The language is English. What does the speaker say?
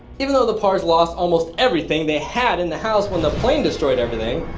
even though the parr's lost almost everything they had in the house when the plane destroyed everything,